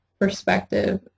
perspective